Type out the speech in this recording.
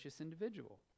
individual